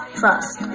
trust